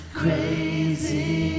crazy